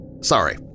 Sorry